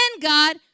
God